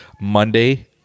Monday